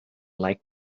like